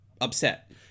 upset